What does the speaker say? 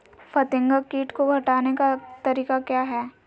फतिंगा किट को हटाने का तरीका क्या है?